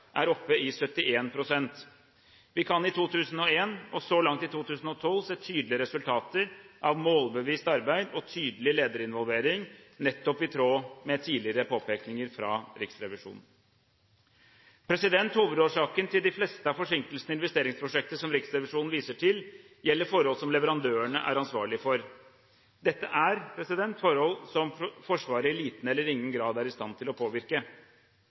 er oppe i 71 pst. Vi kan i 2011 og så langt i 2012 se tydelige resultater av målbevisst arbeid og tydelig lederinvolvering – nettopp i tråd med tidligere påpekninger fra Riksrevisjonen. Hovedårsaken til de fleste av forsinkelsene i investeringsprosjekter som Riksrevisjonen viser til, gjelder forhold som leverandørene er ansvarlige for. Dette er forhold som Forsvaret i liten eller ingen grad er i stand til å påvirke.